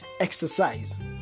Exercise